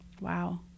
Wow